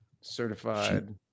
Certified